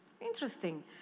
Interesting